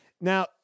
Now